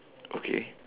okay